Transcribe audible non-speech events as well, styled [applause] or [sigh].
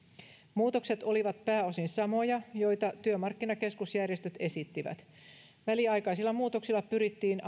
muutokset olivat pääosin samoja joita työmarkkinakeskusjärjestöt esittivät väliaikaisilla muutoksilla pyrittiin [unintelligible]